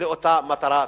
לאותה מטרה ציבורית.